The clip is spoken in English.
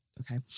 Okay